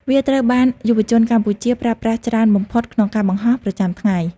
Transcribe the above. វាត្រូវបានយុវជនកម្ពុជាប្រើប្រាស់ច្រើនបំផុតក្នុងការបង្ហោះប្រចាំថ្ងៃ។